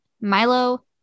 Milo